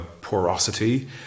porosity